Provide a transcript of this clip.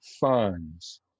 funds